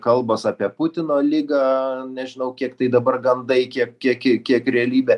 kalbos apie putino ligą nežinau kiek tai dabar gandai kiek kiek kiek realybė